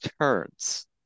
turns